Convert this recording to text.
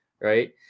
right